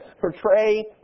Portray